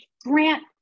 grant